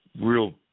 real